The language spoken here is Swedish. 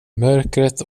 mörkret